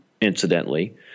incidentally